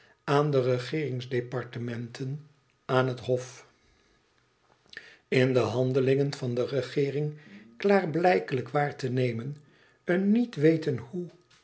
aan de regeeringsdepartementen aan het hof in de handelingen van de regeering klaarblijkelijk waar te nemen een niet weten hoe eene